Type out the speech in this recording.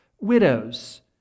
widows